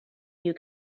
you